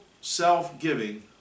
self-giving